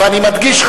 ואני מדגיש,